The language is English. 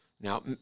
now